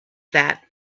that